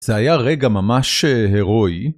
זה היה רגע ממש הירואי.